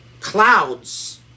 clouds